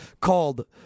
called